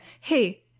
Hey